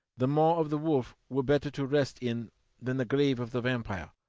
the maw of the wolf were better to rest in than the grave of the vampire!